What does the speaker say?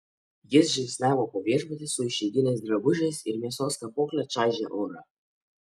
jis žingsniavo po viešbutį su išeiginiais drabužiais ir mėsos kapokle čaižė orą